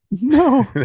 No